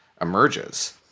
emerges